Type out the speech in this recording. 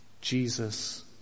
Jesus